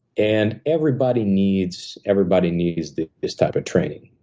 and everybody needs everybody needs this type of training.